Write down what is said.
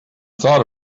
thought